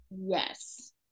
Yes